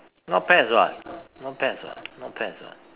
not pets what not pets what not pets what